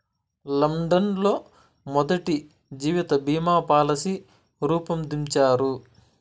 London లో మొదటి జీవిత బీమా పాలసీ రూపొందించారు